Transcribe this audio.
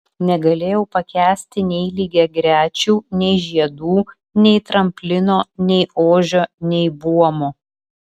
negalėjau pakęsti nei lygiagrečių nei žiedų nei tramplino nei ožio nei buomo